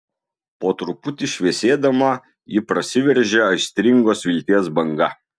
po truputį šviesėdama ji prasiveržia aistringos vilties banga